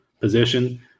position